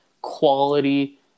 quality